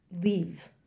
leave